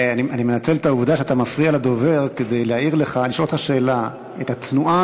אני מנצל את העובדה שאתה מפריע לדובר כדי לשאול אותך שאלה: את התנועה